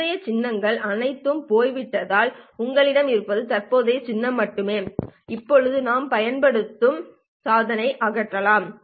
முந்தைய சின்னங்கள் அனைத்தும் போய்விட்டதால் உங்களிடம் இருப்பது தற்போதைய சின்னம் மட்டுமே இப்போது நாம் பயன்படுத்தும் சந்தாவை அகற்றலாம்